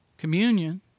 communion